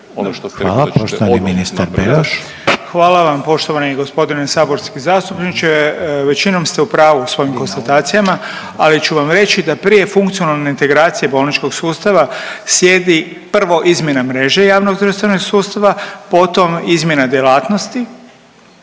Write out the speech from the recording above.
Hvala. Poštovani ministar Beroš. **Beroš, Vili (HDZ)** Hvala vam poštovani g. saborski zastupniče. Većinom ste u pravu svojim konstatacijama, ali ću vam reći da prije funkcionalne integracije bolničkog sustava slijedi prvo izmjena mreže javnozdravstvenog sustava, potom izmjena djelatnosti